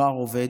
הנוער העובד,